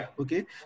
okay